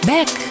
Back